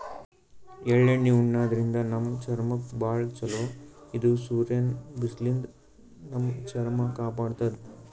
ಎಳ್ಳಣ್ಣಿ ಉಣಾದ್ರಿನ್ದ ನಮ್ ಚರ್ಮಕ್ಕ್ ಭಾಳ್ ಛಲೋ ಇದು ಸೂರ್ಯನ್ ಬಿಸ್ಲಿನ್ದ್ ನಮ್ ಚರ್ಮ ಕಾಪಾಡತದ್